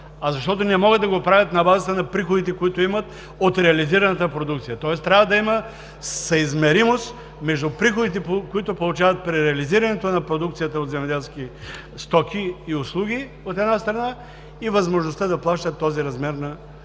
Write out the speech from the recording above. а защото не могат да го правят на базата на приходите, които имат от реализираната продукция. Тоест, трябва да има съизмеримост между приходите, които получават при реализирането на продукцията от земеделски стоки и услуги, от една страна, и възможността да плащат този размер на минималния